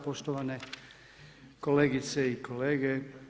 Poštovane kolegice i kolege.